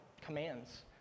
commands